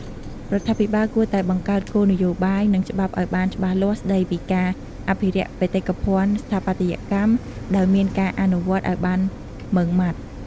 រដ្ឋាភិបាលគួរតែបង្កើតគោលនយោបាយ និងច្បាប់ឱ្យបានច្បាស់លាស់ស្តីពីការអភិរក្សបេតិកភណ្ឌស្ថាបត្យកម្ម ដោយមានការអនុវត្តឱ្យបានម៉ឺងម៉ាត់។